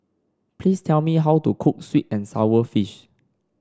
please tell me how to cook sweet and sour fish